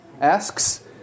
asks